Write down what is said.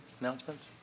announcements